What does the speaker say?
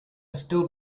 still